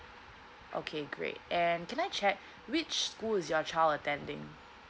okay great and can I check which school is your child attending